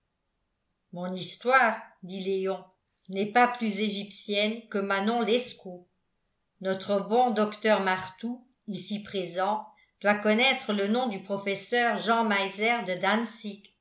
mon histoire dit léon n'est pas plus égyptienne que manon lescaut notre bon docteur martout ici présent doit connaître le nom du professeur jean meiser de